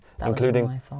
including